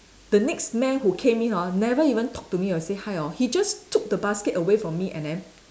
the next man who came in hor never even talk to me or say hi hor he just took the basket away from me and then